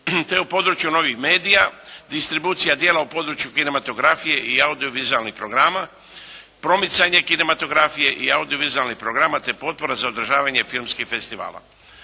te u području novih medija, distribucija djela u području kinematografije i audio-vizualnih programa, promicanje kinematografije i audio-vizualnih programa te potpora za održavanje filmskih festivala.